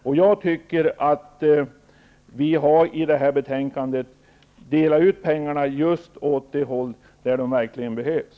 Vi har i och med utskottsbetänkandet delat ut pengarna där de verkligen behövs.